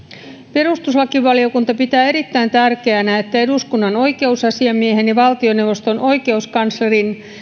perustuslakivaliokunta pitää erittäin tärkeänä että eduskunnan oikeusasiamiehen ja valtioneuvoston oikeuskanslerin